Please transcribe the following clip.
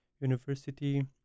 university